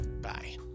Bye